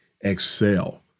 excel